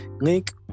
link